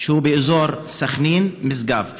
שהוא באזור סח'נין משגב.